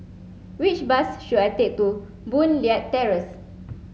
which bus should I take to Boon Leat Terrace